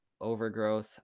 Overgrowth